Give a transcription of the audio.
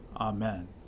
Amen